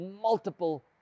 multiple